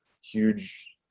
huge